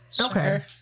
okay